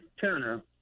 turner